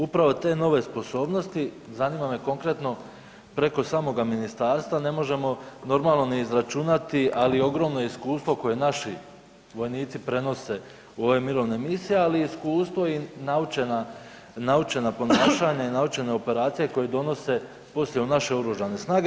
Upravo te „nove sposobnosti“, zanima me konkretno, preko samoga ministarstva ne možemo normalno ni izračunati, ali ogromno iskustvo koje naši vojnici prenose u ove mirovne misije, ali i iskustvo i naučena, naučena ponašanja i naučene operacije koje donose poslije u naše oružane snage.